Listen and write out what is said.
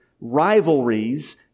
rivalries